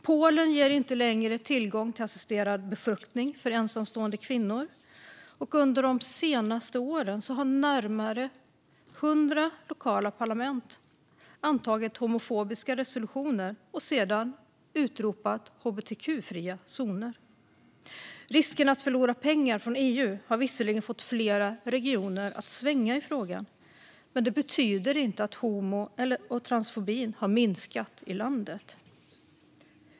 Polen ger inte längre tillgång till assisterad befruktning för ensamstående kvinnor, och under de senaste åren har närmare 100 lokala parlament antagit homofobiska resolutioner och sedan utropat hbtqi-fria zoner. Risken att förlora pengar från EU har visserligen fått flera regioner att svänga i frågan, men det betyder inte att homo eller transfobin har minskat i landet.